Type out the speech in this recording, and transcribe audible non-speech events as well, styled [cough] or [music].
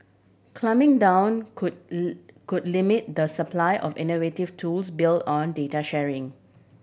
clamping down could [unintelligible] could limit the supply of innovative tools built on data sharing